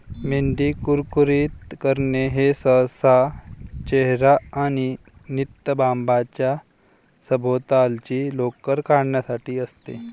मेंढी कुरकुरीत करणे हे सहसा चेहरा आणि नितंबांच्या सभोवतालची लोकर काढण्यासाठी असते